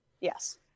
Yes